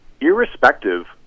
irrespective